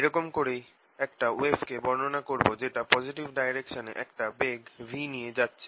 এরকম করেই একটা ওয়েভ কে বর্ণনা করবো যেটা পজিটিভ ডাইরেকশনে একটা বেগ v নিয়ে যাচ্ছে